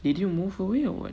did you move away or what